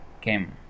came